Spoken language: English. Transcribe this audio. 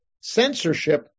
censorship